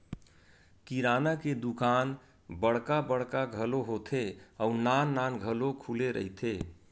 किराना के दुकान बड़का बड़का घलो होथे अउ नान नान घलो खुले रहिथे